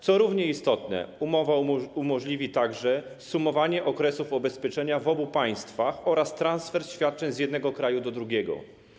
Co równie istotne, umowa umożliwi także sumowanie okresów ubezpieczenia w obu państwach oraz transfer świadczeń z jednego kraju do drugiego.